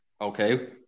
Okay